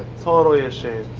totally a shame.